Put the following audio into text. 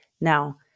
Now